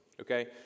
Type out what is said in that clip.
Okay